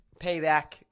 payback